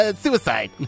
Suicide